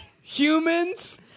Humans